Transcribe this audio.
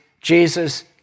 Jesus